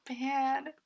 bad